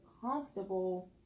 comfortable